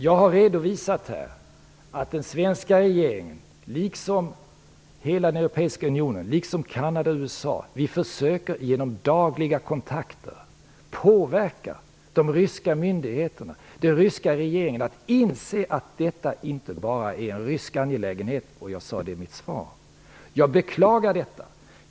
Jag har redovisat att den svenska regeringen, liksom hela den europeiska unionen, liksom Kanada och USA genom dagliga kontakter försöker påverka de ryska myndigheterna och den ryska regeringen att inse att detta inte bara är en rysk angelägenhet. Jag sade det i mitt svar. Jag beklagar detta.